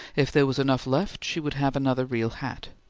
if there was enough left, she would have another real hat.